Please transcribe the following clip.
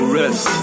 rest